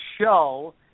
show